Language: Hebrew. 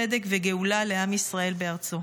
צדק וגאולה לעם ישראל בארצו.